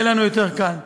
יהיה לנו יותר קל.